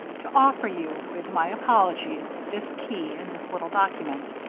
to offer you, with my apologies, this key and this little document.